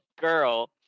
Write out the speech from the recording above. girl